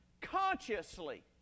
Consciously